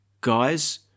Guys